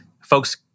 folks